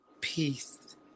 peace